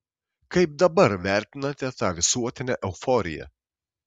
kaip dabar vertinate tą visuotinę euforiją